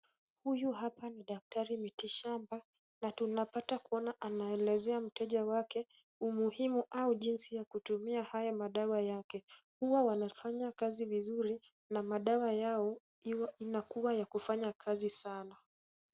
Huyu hapa ni daktari mitishamba na tunapata kuona anaelezea mteja wake, umuhimu au jinsi ya kutumia haya madawa yake. Huwa wanafanya kazi vizuri na madawa yao inakuwa ya kufanya kazi sana.